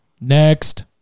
next